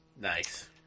Nice